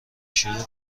شیوع